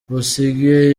busingye